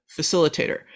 facilitator